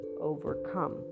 Overcome